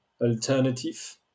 alternative